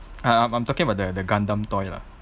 err I'm talking about the the gundam toy lah